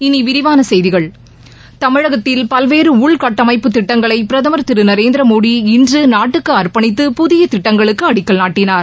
இனி விரிவான செய்திகள் தமிழகத்தில் பல்வேறு உள்கட்டமைப்பு திட்டங்களை பிரதமர் திரு நரேந்திர மோடி இன்று நாட்டுக்கு அர்ப்பணித்து புதிய திட்டங்களுக்கு அடிக்கல் நாட்டினார்